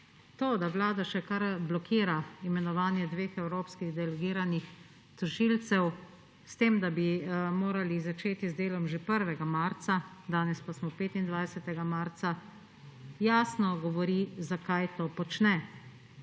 To, da Vlada še kar blokira imenovanje dveh evropskih delegiranih tožilcev, s tem da bi morali začeti z delom že 1. marca, danes pa smo 25. marca, jasno govori, zakaj to počne.